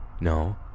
No